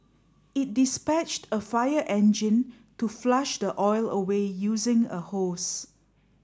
it dispatched a fire engine to flush the oil away using a hose